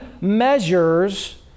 measures